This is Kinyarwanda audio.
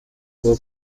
ubu